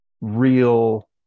real